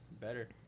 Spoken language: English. Better